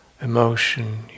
emotion